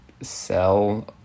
sell